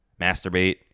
masturbate